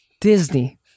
Disney